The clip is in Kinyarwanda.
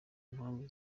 impamvu